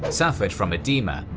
suffered from edema,